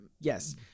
Yes